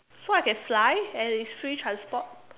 so I can fly and it's free transport